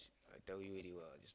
I tell you already what